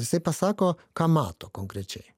jisai pasako ką mato konkrečiai